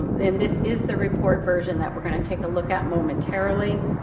and this is the report version that we're going to take a look at momentarily.